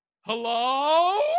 hello